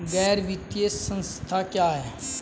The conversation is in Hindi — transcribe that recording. गैर वित्तीय संस्था क्या है?